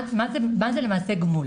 זה למעשה גמול.